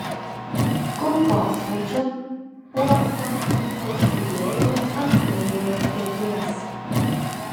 kulkosvaidžio uoksą užsidėjau ant kairiojo peties